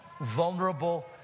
vulnerable